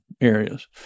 areas